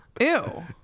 ew